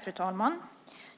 Fru talman!